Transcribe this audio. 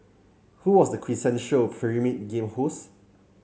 who was the quintessential Pyramid Game host